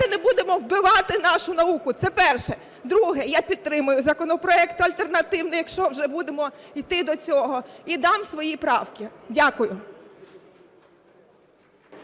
не будемо вбивати нашу науку! Це перше. Друге. Я підтримую законопроект альтернативний, якщо вже будемо йти до цього, і дам свої правки. Дякую.